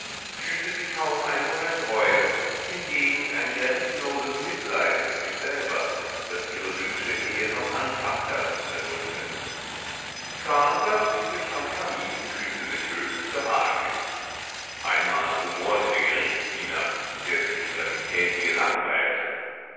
fühlte sie kaum einen moment reue hingegen ein grenzenloses mitleid mit sich selber das ihre wünsche eher noch anfachte als unterdrückte karl saß friedlich am kamin und fühlte sich höchst behaglich einmal rumorte der gerichtsdiener der sich in seinem käfige langweilte